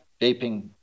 vaping